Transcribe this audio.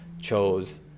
chose